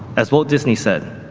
as walt disney said,